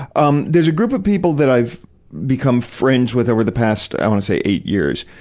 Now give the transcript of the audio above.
um there's a group of people that i've become friends with over the past, i want to say, eight years,